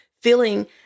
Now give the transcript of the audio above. feeling